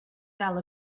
ddal